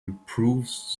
improves